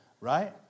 right